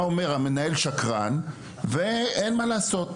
אתה אומר שהמנהל שקרן ואין מה לעשות.